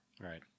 Right